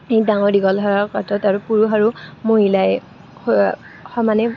ডাঙৰ দীঘল হোৱাৰ ক্ষেত্ৰত আৰু পুৰুষ আৰু মহিলাই সমানে